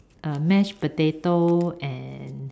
uh mashed potato and